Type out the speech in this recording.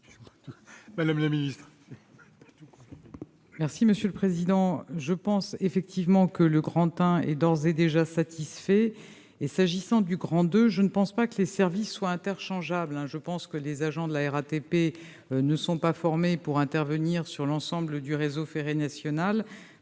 Madame la ministre,